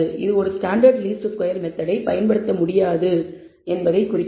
இது ஒரு standard least square மெத்தெட்டை பயன்படுத்த முடியாது என்பதைக் குறிக்கிறது